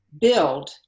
build